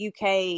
UK